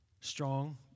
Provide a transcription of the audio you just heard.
strong